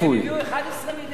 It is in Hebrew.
הם הביאו 11 מיליארד.